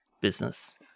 business